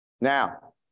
Now